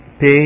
pay